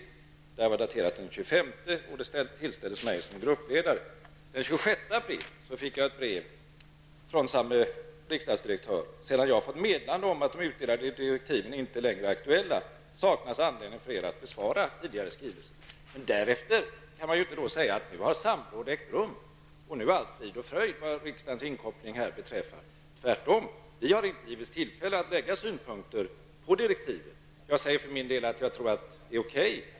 Det brevet var daterat den 25 april och tillställdes mig som gruppledare. Den 26 april fick vi ett brev från samme riksdagsdirektör: ''Sedan jag fått meddelande om att de utdelade direktiven inte längre är aktuella saknas anledning för er att besvara min tidigare skrivelse.'' Man kan därefter då inte säga att samråd har ägt rum och att allt är frid och fröjd vad beträffar riksdagens inkoppling. Tvärtom! Vi har inte givits tillfälle att lägga fram synpunkter på direktiven. För min del tror jag att det är okej.